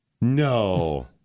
No